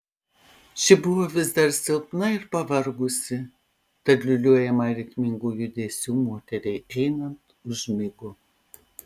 ši buvo vis dar silpna ir pavargusi tad liūliuojama ritmingų judesių moteriai einant užmigo